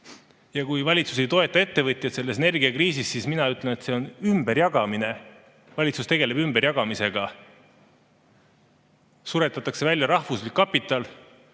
Ja kui valitsus ei toeta ettevõtjaid selles energiakriisis, siis mina ütlen, et see on ümberjagamine. Valitsus tegeleb ümberjagamisega. Suretatakse välja rahvuslik kapital,